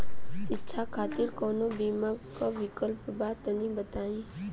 शिक्षा खातिर कौनो बीमा क विक्लप बा तनि बताई?